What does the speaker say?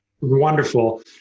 Wonderful